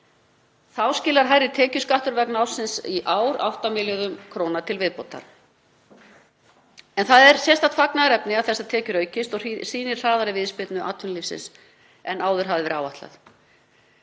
Þá skilar hærri tekjuskattur vegna ársins í ár 8 milljörðum kr. til viðbótar. Það er sérstakt fagnaðarefni að þessar tekjur aukist og sýnir hraðari viðspyrnu atvinnulífsins en áður hafði verið áætlað.